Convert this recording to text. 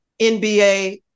NBA